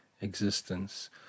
existence